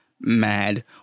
mad